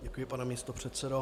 Děkuji, pane místopředsedo.